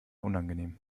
unangenehm